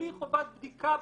בלי חובת בדיקה בכלל.